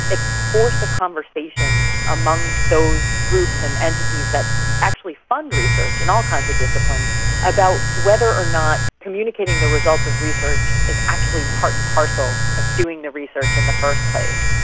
it's forced a conversation among those groups and entities that actually fund research in all kinds of disciplines about whether or not communicating the results of research is actually part and parcel of doing the research in the first place.